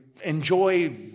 enjoy